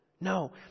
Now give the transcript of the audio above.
No